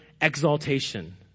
exaltation